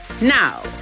Now